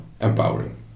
empowering